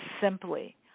simply